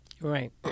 Right